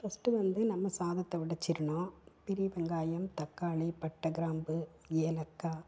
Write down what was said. first வந்து நம்ம சாதத்தை வடிச்சிடணும் பெரிய வெங்காயம் தக்காளி பட்டை கிராம்பு ஏலக்காய்